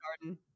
Garden